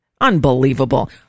unbelievable